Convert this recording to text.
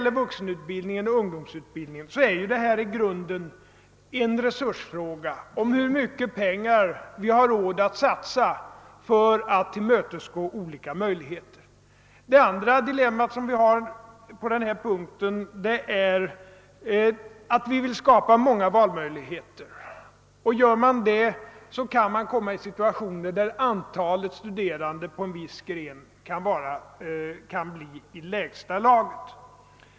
Både på vuxenutbildningens och på ungdomsutbildningens område är detta i grunden en resursfråga, alltså en fråga om hur mycket pengar vi har råd att satsa för att erbjuda olika möjligheter. Vårt andra dilemma på denna punkt är att vi vill skapa många valmöjligheter och att vi med en sådan strävan kan komma i situationer, där antalet studerande i en kurs inom en viss gren kan bli i lägsta laget.